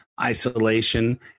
isolation